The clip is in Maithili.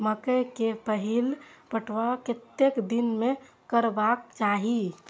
मकेय के पहिल पटवन कतेक दिन में करबाक चाही?